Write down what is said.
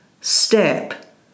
step